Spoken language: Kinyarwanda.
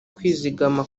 kwizigama